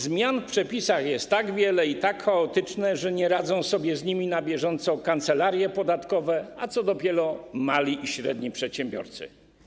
Zmian w przepisach jest tak wiele i są one tak chaotyczne, że nie radzą sobie z nimi na bieżąco kancelarie podatkowe, a co dopiero mali i średni przedsiębiorcy.